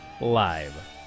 Live